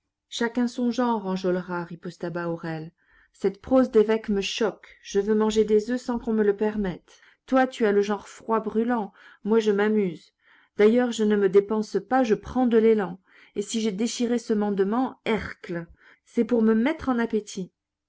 chacun son genre enjolras riposta bahorel cette prose d'évêque me choque je veux manger des oeufs sans qu'on me le permette toi tu as le genre froid brûlant moi je m'amuse d'ailleurs je ne me dépense pas je prends de l'élan et si j'ai déchiré ce mandement hercle c'est pour me mettre en appétit